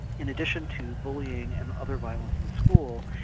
in addition to bullying and other violence in school,